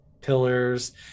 pillars